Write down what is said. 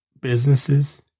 Businesses